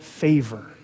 favor